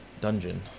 dungeon